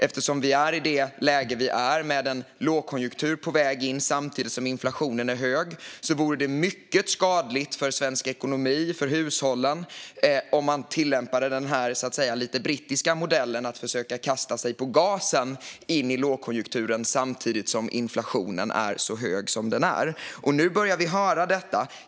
Eftersom vi är i det läge vi är med en lågkonjunktur på väg in, samtidigt som inflationen är hög, vore det mycket skadligt för svensk ekonomi och för hushållen om man tillämpade den lite brittiska modellen att försöka kasta sig på gasen in i lågkonjunkturen samtidigt som inflationen är så hög som den är.